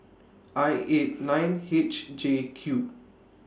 I eight nine H J Q